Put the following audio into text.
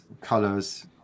colors